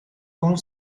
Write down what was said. con